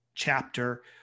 chapter